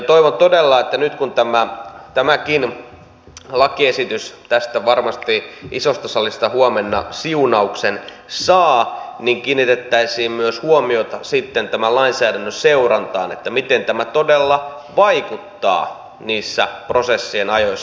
toivon todella että nyt kun tämäkin lakiesitys varmasti tästä isosta salista huomenna siunauksen saa kiinnitettäisiin myös huomiota sitten tämän lainsäädännön seurantaan miten tämä todella vaikuttaa niissä prosessien ajoissa